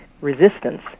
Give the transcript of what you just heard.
resistance